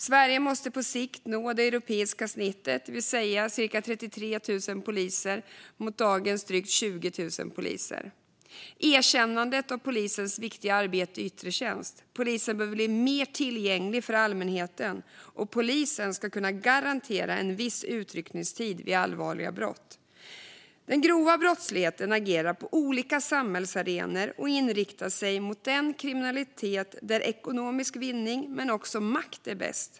Sverige måste på sikt nå det europeiska snittet, det vill säga cirka 33 000 poliser mot dagens drygt 20 000 poliser. Det behövs ett erkännande av polisens viktiga arbete i yttre tjänst. Polisen behöver bli mer tillgänglig för allmänheten. Polisen ska kunna garantera en viss utryckningstid vid allvarliga brott. Den grova brottsligheten agerar på olika samhällsarenor och inriktar sig mot den kriminalitet där ekonomisk vinning, men också makt, är bäst.